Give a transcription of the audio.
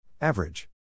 Average